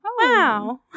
wow